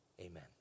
amen